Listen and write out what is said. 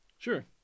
Sure